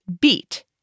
beat